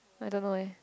I don't know eh